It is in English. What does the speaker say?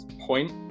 point